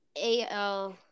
AL